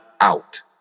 out